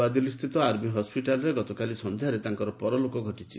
ନୂଆଦିଲ୍ଲୀ ସ୍ଥିତ ଆର୍ମୀ ହସ୍କିଟାଲ୍ରେ ଗତକାଲି ସନ୍ଧ୍ୟାରେ ତାଙ୍କର ପରଲୋକ ଘଟିଛି